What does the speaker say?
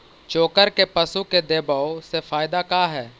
चोकर के पशु के देबौ से फायदा का है?